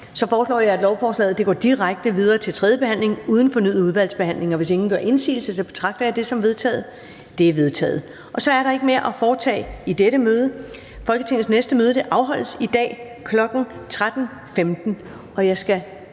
Så foreslår jeg, at lovforslaget går direkte til videre til tredje behandling uden fornyet udvalgsbehandling. Hvis ingen gør indsigelse, betragter jeg det som vedtaget. Det er vedtaget. --- Kl. 13:02 Meddelelser fra formanden Første næstformand (Karen